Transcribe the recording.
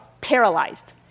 paralyzed